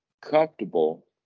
comfortable